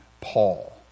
Paul